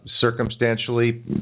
circumstantially